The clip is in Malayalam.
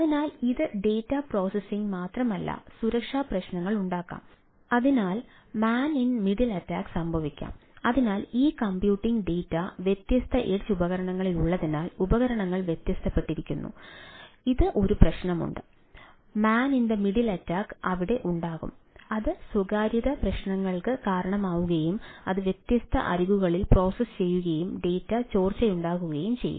അതിനാൽ ഇത് ഡാറ്റ പ്രോസസ്സിംഗ് ചോർച്ചയുണ്ടാകുകയും ചെയ്യും